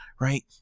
right